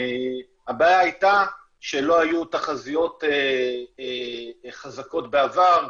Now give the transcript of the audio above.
הבעיה הייתה שלא היו תחזיות חזקות בעבר,